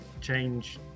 change